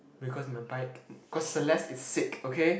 because my bike because Celeste is sick okay